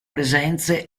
presenze